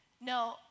No